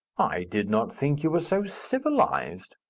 i did not think you were so civilized.